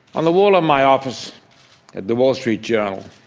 on the wall of my office at the wall street journal,